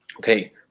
Okay